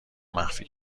مخفی